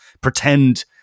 pretend